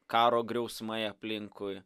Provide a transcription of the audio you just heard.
karo griausmai aplinkui